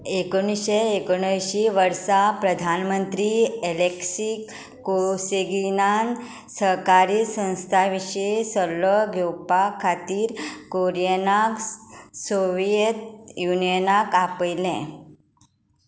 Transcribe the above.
एकोणशे एकोणअंशी वर्सा प्रधानमंत्री एलेक्सी कोसिगिनान सहकारी संस्थांविशीं सल्लो घेवपा खातीर कुरियनाक सोव्हिएत युनियनाक आपयलें